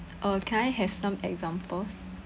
uh can I have some examples